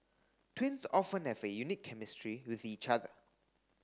twins often have a unique chemistry with each other